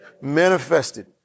manifested